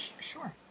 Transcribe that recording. sure